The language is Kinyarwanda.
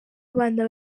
abana